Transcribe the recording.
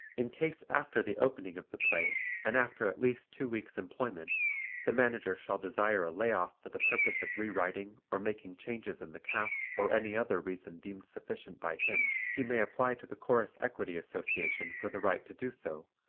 in case after the opening of the play and after at least two weeks' employment the manager shall desire a lay-off for the purpose of re-writing or making changes in the cast or any other reason deemed sufficient by him, he may apply to the chorus equity association for the right to do so,